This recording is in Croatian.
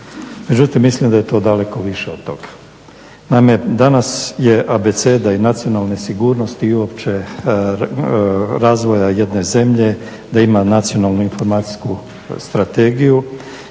međutim mislim da je to daleko više od toga. Naime, danas je abeceda i nacionalne sigurnosti i uopće razvoja jedne zemlje da ima nacionalno informacijsku strategiju